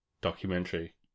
documentary